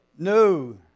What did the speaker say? No